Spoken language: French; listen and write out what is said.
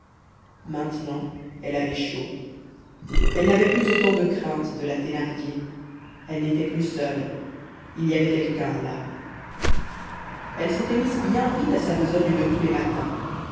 maintenant elle avait chaud elle n'avait plus autant de crainte de la thénardier elle n'était plus seule il y avait quelqu'un là elle s'était mise bien vite à sa besogne de tous les matins